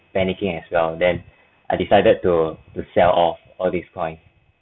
panicking as well then I decided to to sell off all this coins